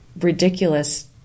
ridiculous